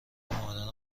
مادرم